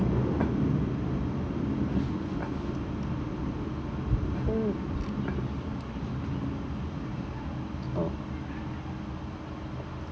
mm mm